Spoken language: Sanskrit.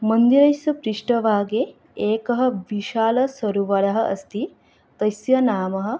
मन्दिरस्य पृष्ठभागे एकः विशालसरोवरः अस्ति तस्य नाम